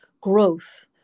growth